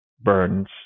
burns